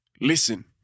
Listen